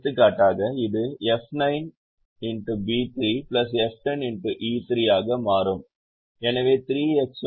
எடுத்துக்காட்டாக இது F9xB3 F10xE3 ஆக மாறும் எனவே 3X1 28u ≥ 35